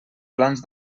plans